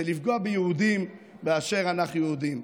זה לפגוע ביהודים באשר אנחנו יהודים.